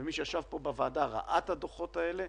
ומי שישב פה בוועדה ראה את הדוחות האלה,